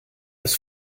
das